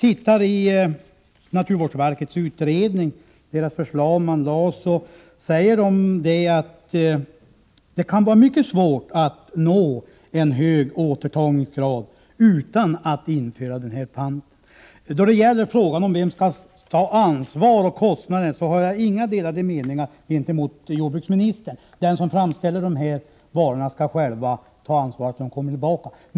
I naturvårdsverkets utredning säger man att det kan vara mycket svårt att nå en hög återtagningsgrad utan att införa den här panten. Då det gäller frågan om vem som skall stå för ansvaret och kostnaderna har jag ingen annan uppfattning än jordbruksministern. De som framställer varorna skall själva ta ansvar för att de kommer tillbaka.